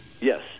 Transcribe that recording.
Yes